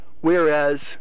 Whereas